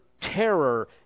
terror